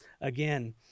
again